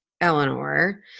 Eleanor